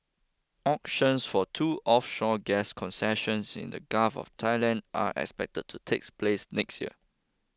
auctions for two offshore gas concessions in the Gulf of Thailand are expected to takes place next year